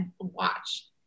watch